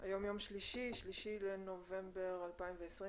היום יום שלישי ה-3 לנובמבר 2020,